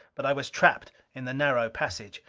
but i was trapped in the narrow passage.